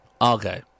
Okay